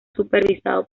supervisado